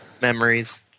Memories